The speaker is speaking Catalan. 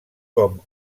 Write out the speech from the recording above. com